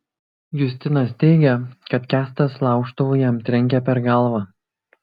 justinas teigia kad kęstas laužtuvu jam trenkė per galvą